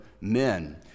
men